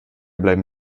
bleiben